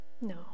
No